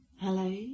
Hello